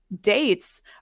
dates